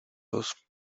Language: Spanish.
dos